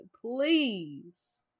please